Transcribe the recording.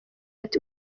ati